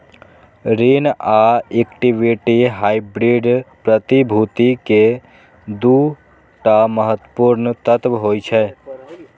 ऋण आ equity hybrid प्रतिभूति के दू टा महत्वपूर्ण तत्व होइ छै